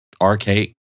arcade